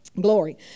Glory